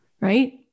right